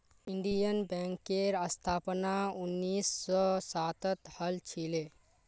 Indian बैंकेर स्थापना उन्नीस सौ सातत हल छिले